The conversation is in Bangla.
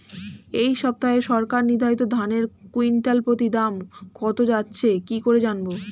এই সপ্তাহে সরকার নির্ধারিত ধানের কুইন্টাল প্রতি দাম কত যাচ্ছে কি করে জানবো?